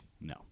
No